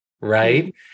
right